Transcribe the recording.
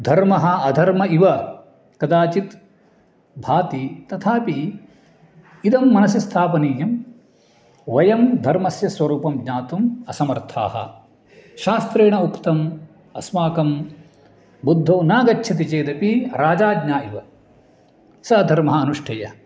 धर्मः अधर्म इव कदाचित् भाति तथापि इदं मनसि स्थापनीयं वयं धर्मस्य स्वरूपं ज्ञातुम् असमर्थाः शास्त्रेण उक्तम् अस्माकं बुद्धौ न गच्छति चेदपि राजाज्ञा इव स धर्मः अनुष्ठेयः